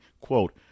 quote